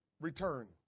return